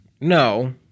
no